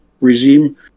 regime